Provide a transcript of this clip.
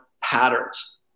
patterns